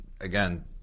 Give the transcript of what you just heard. again